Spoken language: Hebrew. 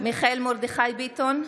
מיכאל מרדכי ביטון,